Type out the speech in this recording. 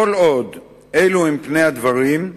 כל עוד אלו הם פני הדברים,